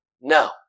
No